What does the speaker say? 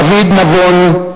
דוד נבון,